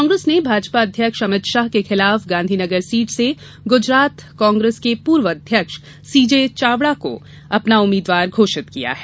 कांग्रेस ने भाजपा अध्यक्ष अभित शाह के खिलाफ गांधीनगर सीट से गुजरात कांग्रेस के पूर्व अध्यक्ष सीजे चावडा को अपना उम्मीद्वार घोषित किया है